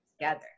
together